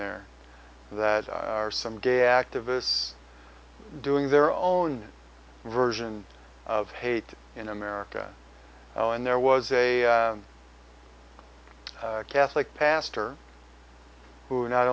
there that are some gay activists doing their own version of hate in america and there was a catholic pastor who not